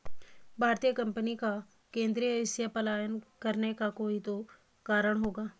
भारतीय कंपनी का केंद्रीय एशिया पलायन करने का कोई तो कारण होगा